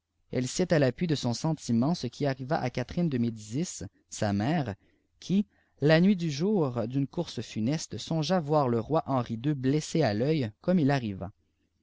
elle cite à l'appui de son sentiment ce qui arriva à catherine de mé icis sa iftêre qui la nuit du jour d'une course funeste songea voir lé ircri henri ii blessé à l'œil comme il arriva